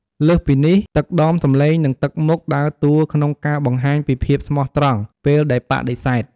លើសពីនេះ ទឹកដមសំឡេង និងទឹកមុខដើរតួក្នុងការបង្ហាញពីភាពស្មោះត្រង់ពេលដែលបដិសេធ។